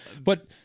But-